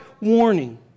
warning